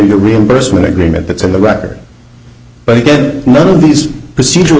your reimbursement agreement that's in the record but again none of these procedural